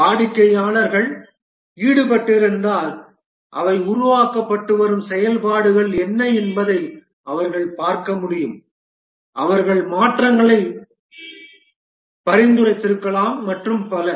வாடிக்கையாளர்கள் ஈடுபட்டிருந்தால் அவை உருவாக்கப்பட்டு வரும் செயல்பாடுகள் என்ன என்பதை அவர்கள் பார்க்க முடியும் அவர்கள் மாற்றங்களை பரிந்துரைத்திருக்கலாம் மற்றும் பல